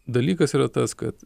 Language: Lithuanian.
dalykas yra tas kad